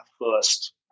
first